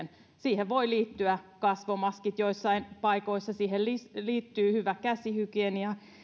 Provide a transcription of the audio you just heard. siihen voivat liittyä kasvomaskit joissain paikoissa siihen liittyy hyvä käsihygienia